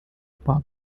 park